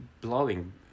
blowing